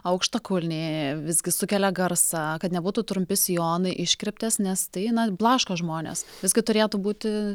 aukštakulniai visgi sukelia garsą kad nebūtų trumpi sijonai iškirptės nes tai blaško žmones visgi turėtų būti